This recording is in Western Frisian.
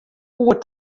oer